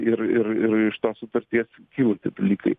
ir ir ir iš tos sutarties kyla tie dalykai